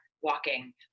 walking